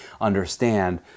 understand